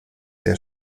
der